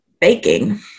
baking